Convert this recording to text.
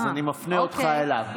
ואני מפנה אותך אליו.